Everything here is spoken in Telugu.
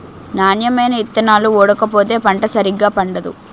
నాణ్యమైన ఇత్తనాలు ఓడకపోతే పంట సరిగా పండదు